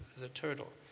the turtle.